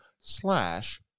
slash